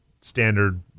standard